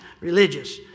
Religious